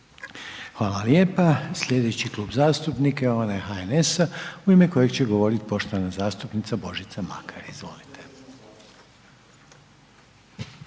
Hvala. Slijedeći Klub zastupnika je onaj HDZ-a u ime kojeg će govoriti poštovani zastupnik Željko Raguž, izvolite.